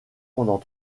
pendant